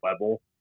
level